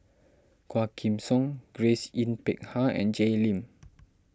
Quah Kim Song Grace Yin Peck Ha and Jay Lim